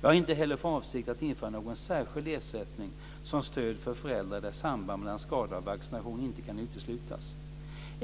Jag har inte heller för avsikt att införa någon särskild ersättning som stöd för föräldrar där samband mellan skada och vaccination inte kan uteslutas.